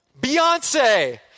Beyonce